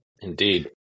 indeed